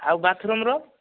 ଆଉ ବାଥରୁମର